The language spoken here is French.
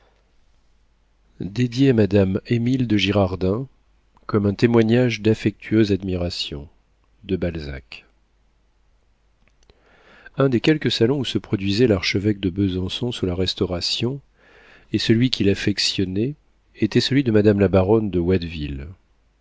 dédié a madame émile de girardin comme un témoignage d'affectueuse admiration de balzac un des quelques salons où se produisait l'archevêque de besançon sous la restauration et celui qu'il affectionnait était celui de madame la baronne de